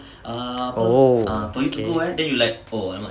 oh okay